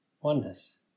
oneness